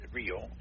real